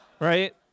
right